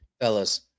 fellas